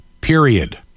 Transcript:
Period